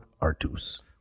artus